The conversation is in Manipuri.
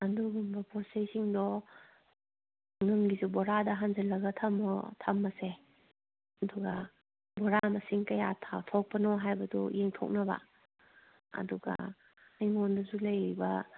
ꯑꯗꯨꯒꯨꯝꯕ ꯄꯣꯠ ꯆꯩꯁꯤꯡꯗꯣ ꯅꯪꯒꯤꯁꯨ ꯕꯣꯔꯥꯗ ꯍꯥꯟꯖꯤꯟꯂꯒ ꯊꯝꯃꯣ ꯊꯝꯂꯁꯦ ꯑꯗꯨꯒ ꯕꯣꯔꯥ ꯃꯁꯤꯡ ꯀꯌꯥ ꯊꯣꯛꯄꯅꯣ ꯍꯥꯏꯕꯗꯨ ꯌꯦꯡꯊꯣꯛꯅꯕ ꯑꯗꯨꯒ ꯑꯩꯉꯣꯟꯗꯁꯨ ꯂꯩꯔꯤꯕ